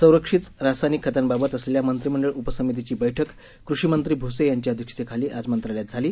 संरक्षित रासायनिक खतांबाबत असलेल्या मंत्रीमंडळ उपसमितीची बैठक कृषीमंत्री भुसे यांच्या अध्यक्षतेखाली आज मंत्रालयात झाली